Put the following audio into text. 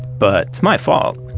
but it's my fault.